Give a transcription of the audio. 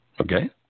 Okay